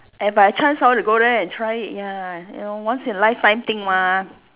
if by chance I want to go there and try it ya you know once in a lifetime thing mah